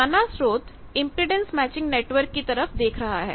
पुराना स्रोत impedance matching network की तरफ देख रहा है